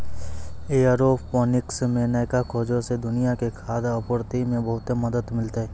aeroponics मे नयका खोजो से दुनिया के खाद्य आपूर्ति मे बहुते मदत मिलतै